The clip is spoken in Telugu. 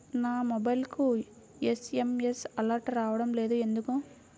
నా మొబైల్కు ఎస్.ఎం.ఎస్ అలర్ట్స్ రావడం లేదు ఎందుకు?